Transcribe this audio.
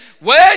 Wait